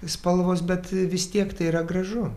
spalvos bet vis tiek tai yra gražu